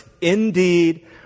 indeed